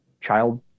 child